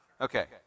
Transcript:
Okay